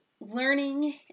learning